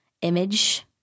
image